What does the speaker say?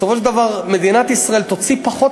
ובסופו של דבר מדינת ישראל תוציא פחות